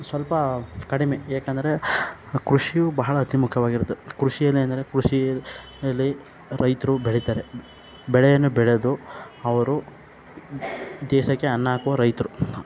ಸ್ವಲ್ಪ ಕಡಿಮೆ ಏಕಂದರೆ ಕೃಷಿಯು ಬಹಳ ಅತಿ ಮುಖ್ಯವಾಗಿರೋದು ಕೃಷಿನೇ ಅಂದರೆ ಕೃಷಿಲಿ ರೈತರು ಬೆಳೀತಾರೆ ಬೆಳೆಯನ್ನು ಬೆಳೆದು ಅವರು ದೇಶಕ್ಕೆ ಅನ್ನ ಹಾಕುವ ರೈತರು